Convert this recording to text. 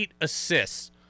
assists